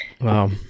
Wow